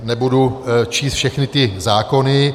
Nebudu číst všechny ty zákony.